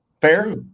Fair